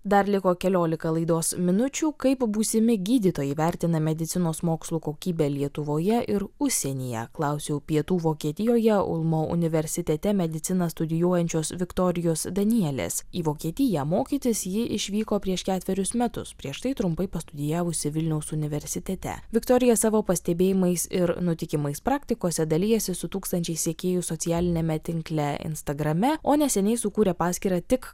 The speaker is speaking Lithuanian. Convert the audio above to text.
dar liko keliolika laidos minučių kaip būsimi gydytojai vertina medicinos mokslų kokybę lietuvoje ir užsienyje klausiau pietų vokietijoje ulmau universitete mediciną studijuojančios viktorijos danielės į vokietiją mokytis ji išvyko prieš ketverius metus prieš tai trumpai pastudijavusi vilniaus universitete viktorija savo pastebėjimais ir nutikimais praktikose dalijasi su tūkstančiais sekėjų socialiniame tinkle instagrame o neseniai sukūrė paskyrą tik